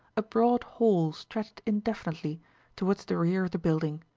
a broad hall stretched indefinitely towards the rear of the building,